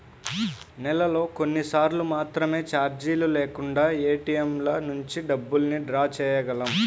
నెలలో కొన్నిసార్లు మాత్రమే చార్జీలు లేకుండా ఏటీఎంల నుంచి డబ్బుల్ని డ్రా చేయగలం